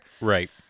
Right